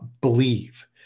believe